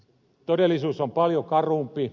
todellisuus on paljon karumpi